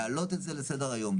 להעלות את זה לסדר היום,